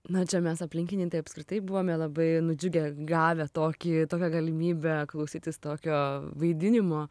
na čia mes aplinkiniai tai apskritai buvome labai nudžiugę gavę tokį tokią galimybę klausytis tokio vaidinimo